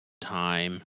time